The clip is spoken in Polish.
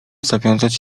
zawiązać